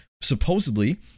Supposedly